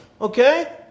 Okay